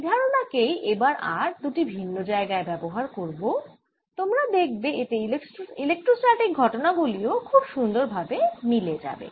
এই ধারণা কেই এবার আর দুটি ভিন্ন জায়গায় ব্যবহার করব তোমরা দেখবে এতে ইলেক্ট্রোস্ট্যাটিক ঘটনা গুলি ও খুব সুন্দর ভাবে মিলে যাবে